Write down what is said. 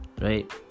right